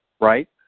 right